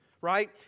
right